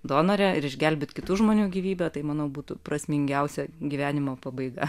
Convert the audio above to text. donore ir išgelbėt kitų žmonių gyvybę tai manau būtų prasmingiausia gyvenimo pabaiga